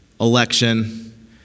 election